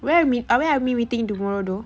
where are we ah where are we meeting tomorrow though